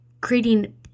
creating